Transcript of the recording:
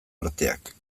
arteak